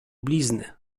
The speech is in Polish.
blizny